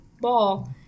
ball